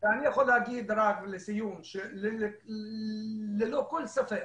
לסיום אני יכול לומר שללא כל ספק